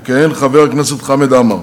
יכהן חבר הכנסת חמד עמאר,